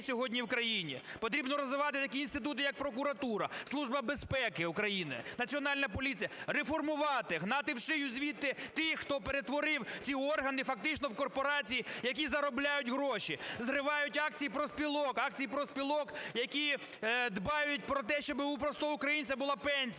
сьогодні в країні. Потрібно розвивати такі інститути, як прокуратура, Служба безпеки України, Національна поліція, реформувати, гнати в шию звідти тих, хто перетворив ці органи фактично в корпорації, які заробляють гроші, зривають акції профспілок, акції профспілок, які дбають про те, щоб у простого українця була пенсія,